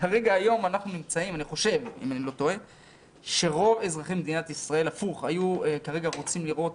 כרגע אנחנו נמצאים במצב שרוב אזרחי מדינת ישראל היו רוצים לראות